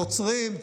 נוצרים,